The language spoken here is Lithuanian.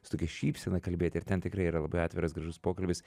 su tokia šypsena kalbėti ir ten tikrai yra labai atviras gražus pokalbis